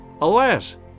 alas